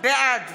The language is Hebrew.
בעד